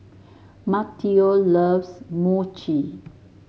Matteo loves Mochi